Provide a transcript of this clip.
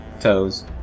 Toes